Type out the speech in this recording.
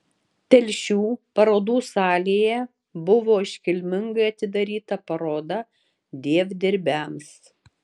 telšių parodų salėje buvo iškilmingai atidaryta paroda dievdirbiams